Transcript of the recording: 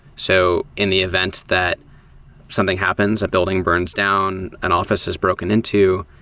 so in the event that something happens, a building burns down, an office is broken into.